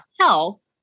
health